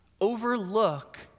Overlook